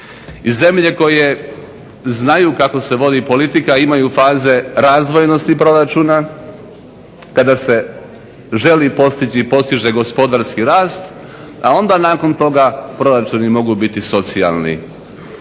zemlje koje znaju kako se vodi politika, imaju faze razvojnosti proračuna kada se želi postići i postiže gospodarski rast, a onda nakon toga proračuni mogu biti socijalni.